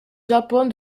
japon